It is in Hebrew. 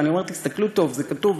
אני אומרת: תסתכלו טוב, זה כתוב.